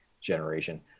generation